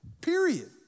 period